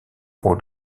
rôles